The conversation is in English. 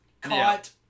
caught